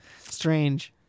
Strange